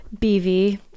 bv